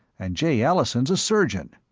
and jay allison's a surgeon,